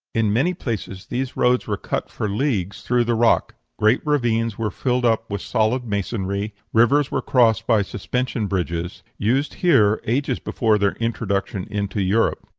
in many places these roads were cut for leagues through the rock great ravines were filled up with solid masonry rivers were crossed by suspension bridges, used here ages before their introduction into europe.